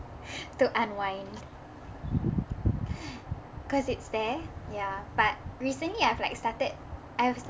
to unwind cause it's these ya but recently I've like started I've started